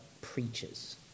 preaches